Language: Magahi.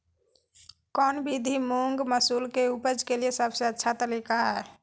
कौन विधि मुंग, मसूर के उपज के लिए सबसे अच्छा तरीका है?